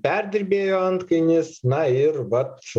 perdirbėjo antkainis na ir vat